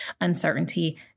uncertainty